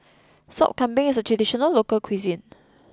Sop Kambing is a traditional local cuisine